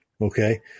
okay